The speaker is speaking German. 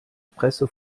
presse